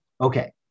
Okay